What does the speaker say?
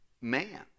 man